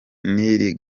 n’iri